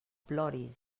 ploris